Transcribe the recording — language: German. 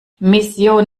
mission